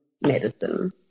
medicine